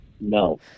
No